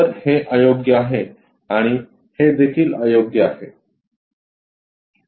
तर हे अयोग्य आहे आणि हे देखील अयोग्य आहे